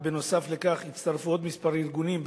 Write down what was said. ובנוסף לכך הצטרפו עוד מספר ארגונים,